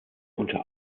unter